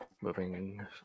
Moving